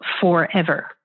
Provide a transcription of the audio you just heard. forever